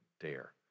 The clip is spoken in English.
dare